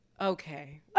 Okay